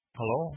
Hello